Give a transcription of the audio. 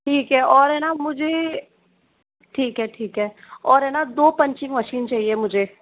ठीक है और है ना मुझे ठीक है ठीक है और है ना दो पंचिंग मशीन चाहिए मुझे